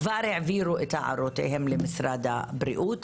כבר העבירו את הערותיהם למשרד הבריאות.